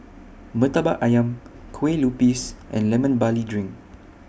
Murtabak Ayam Kue Lupis and Lemon Barley Drink